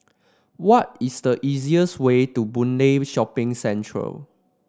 what is the easiest way to Boon Lay Shopping Centre